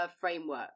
framework